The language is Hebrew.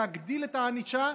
להגדיל את הענישה,